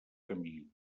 camí